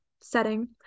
setting